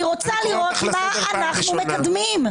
-- אני רוצה לראות מה אנחנו מקדמים.